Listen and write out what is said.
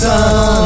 Sun